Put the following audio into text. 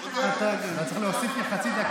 הצעת חוק הטבות לתושבים יוצאי